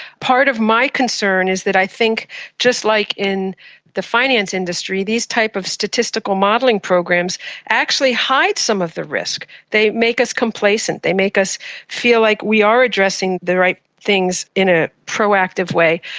part of my concern is that i think just like in the finance industry, these type of statistical modelling programs actually hide some of the risk. they make us complacent, they make us feel like we are addressing the right things in a proactive way,